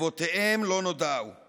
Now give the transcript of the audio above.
עקבותיהם לא נודעו /